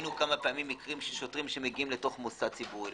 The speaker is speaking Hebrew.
ראניו כמה פעמים מקרים של שוטרים שמגיעים למוסד ציבורי,